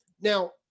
Now